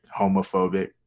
homophobic